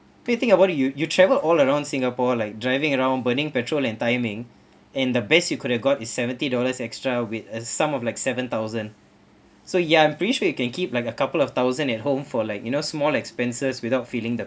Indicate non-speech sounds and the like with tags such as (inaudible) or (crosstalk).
can you think about you you travel all around singapore like driving around burning petrol and timing (breath) and the best you could have got is seventy dollars extra with a sum of like seven thousand (breath) so ya I'm pretty sure you can keep like a couple of thousand at home for like you know small expenses without feeling the